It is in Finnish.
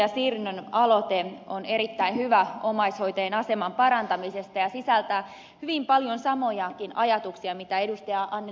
sirnön aloite on erittäin hyvä omaishoitajien aseman parantamisesta ja sisältää hyvin paljon samojakin ajatuksia kuin ed